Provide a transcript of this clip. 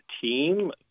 team